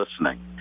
listening